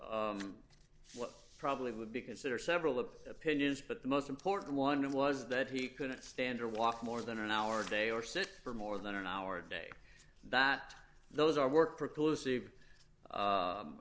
what probably would be considered several of opinions but the most important one was that he couldn't stand or walk more than an hour a day or sit for more than an hour a day that those are work for cl